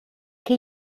che